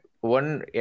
one